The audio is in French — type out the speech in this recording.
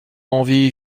envie